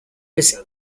was